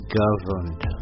governed